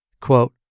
Quote